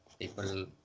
people